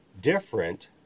different